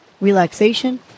relaxation